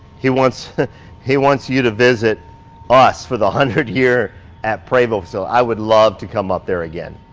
he wants he wants you to visit us for the a hundred year at prevo facil. i would love to come up there again.